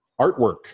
artwork